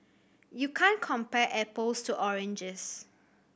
you can't compare apples to oranges